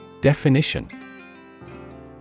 Definition